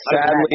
sadly